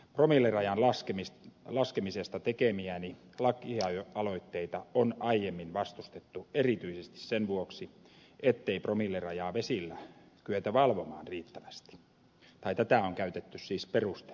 promillerajan laskemisesta tekemiäni lakialoitteita on aiemmin vastustettu erityisesti sen vuoksi ettei promillerajaa vesillä kyetä valvomaan riittävästi tai tätä on käytetty siis perusteluna vastustukselle